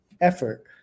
effort